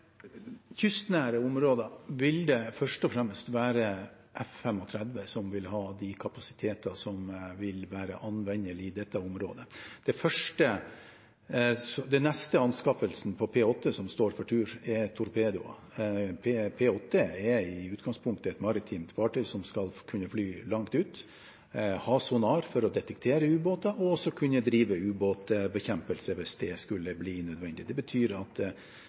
kystnære områder vil det først og fremst være F-35 som vil ha de kapasiteter som vil være anvendelig i dette området. Den neste anskaffelsen på P-8 som står for tur, er torpedoer. P-8 er i utgangspunktet et maritimt fartøy som skal kunne fly langt ut, ha sonar for å detektere ubåter, og også kunne drive ubåtbekjempelse hvis det skulle bli nødvendig. Det betyr at